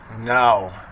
No